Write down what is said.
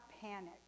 panic